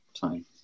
time